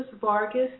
Vargas